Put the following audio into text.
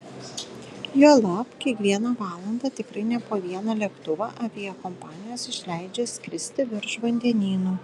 juolab kiekvieną valandą tikrai ne po vieną lėktuvą aviakompanijos išleidžia skirsti virš vandenynų